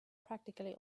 practically